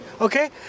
Okay